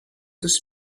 τους